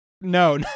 no